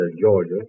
Georgia